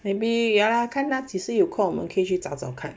maybe ya 看啦几时有空我们可以去找找看